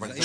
בתלוש